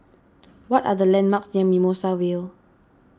what are the landmarks near Mimosa Vale